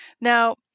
Now